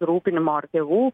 rūpinimosi tėvų